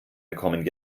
bekommen